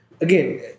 again